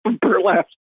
burlap